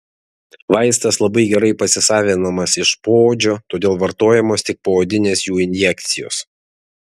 vaistas labai gerai pasisavinamas iš poodžio todėl vartojamos tik poodinės jų injekcijos